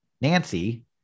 Nancy